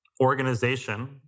Organization